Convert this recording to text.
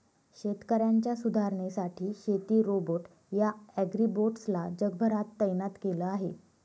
शेतकऱ्यांच्या सुधारणेसाठी शेती रोबोट या ॲग्रीबोट्स ला जगभरात तैनात केल आहे